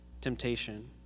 temptation